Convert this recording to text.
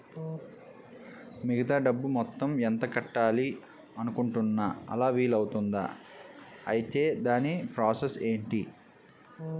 మిగతా డబ్బు మొత్తం ఎంత కట్టాలి అనుకుంటున్నాను అలా వీలు అవ్తుంధా? ఐటీ దాని ప్రాసెస్ ఎంటి?